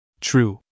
True